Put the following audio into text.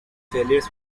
failures